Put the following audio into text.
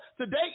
Today